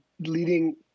Leading